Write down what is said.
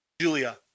Julia